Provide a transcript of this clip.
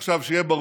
עכשיו, שיהיה ברור,